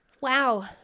Wow